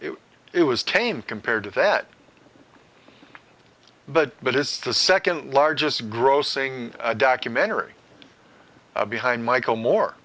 it was tame compared to that but but it's the second largest grossing documentary behind michael moore